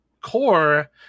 Core